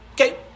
Okay